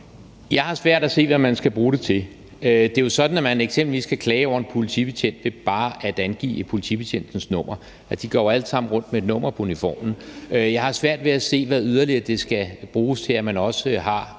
Jeg har svært ved at se, hvad man skal bruge det til. Det er jo sådan, at man eksempelvis kan klage over en politibetjent ved bare at angive politibetjentens nummer. For de går jo alle sammen rundt med et nummer på uniformen. Men jeg har svært ved at se, hvad det eksempelvis yderligere skal bruges til, at man også har